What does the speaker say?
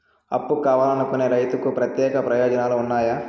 అప్పు కావాలనుకునే రైతులకు ప్రత్యేక ప్రయోజనాలు ఉన్నాయా?